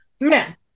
man